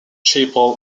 chapel